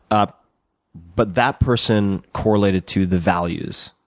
ah but that person correlated to the values,